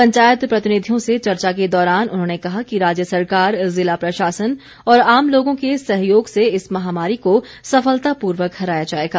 पंचायत प्रतिनिधियों से चर्चा के दौरान उन्होंने कहा कि राज्य सरकार जिला प्रशासन और आम लोगों के सहयोग से इस महामारी को सफलतापूर्वक हराया जाएगा